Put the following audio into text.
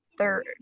third